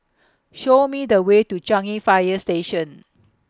Show Me The Way to Changi Fire Station